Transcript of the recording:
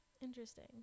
Interesting